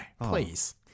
please